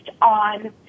on